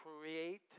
create